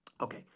Okay